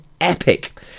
epic